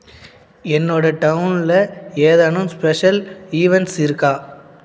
என்னோட டவுனில் ஏதேனும் ஸ்பெஷல் ஈவெண்ட்ஸ் இருக்கா